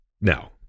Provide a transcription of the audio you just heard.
Now